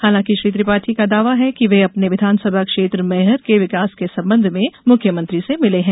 हालांकि श्री त्रिपाठी का दावा है कि वे अपने विधानसभा क्षेत्र मैहर के विकास के संबंध में मुख्यमंत्री से मिले हैं